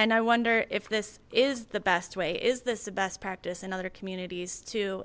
and i wonder if this is the best way is this the best practice in other communities to